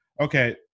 okay